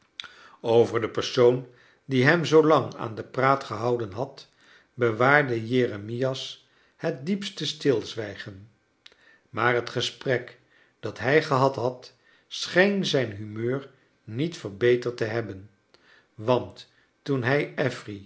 over de persoon die hem zoo lang aan de praat gehouden had bewaarde jeremias het diepste stilzwijgen maar het gesprek dat hij gehad had scheen zijn humeur niet verbeterd te hebben want toen hij